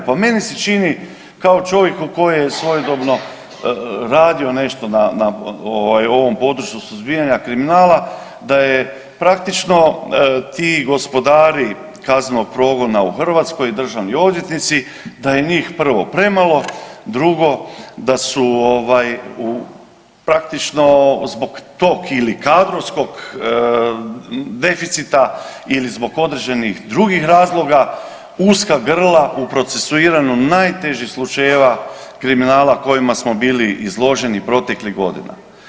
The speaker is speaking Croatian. Pa meni se čini kao čovjeku koji je svojedobno radio nešto na, na ovaj ovom području suzbijanja kriminala da je praktično ti gospodari kaznenog progona u Hrvatskoj, državni odvjetnici da je njih prvo premalo, drugo da su ovaj u praktično zbog tog ili kadrovskog deficita ili zbog određenih drugih razloga uska grla u procesuiranju najtežih slučajeva kriminala kojima smo bili izloženi proteklih godina.